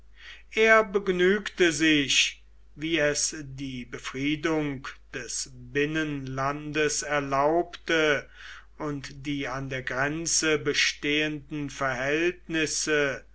er begnügte sich wie es die befriedung des binnenlandes erlaubte und die an der grenze bestehenden verhältnisse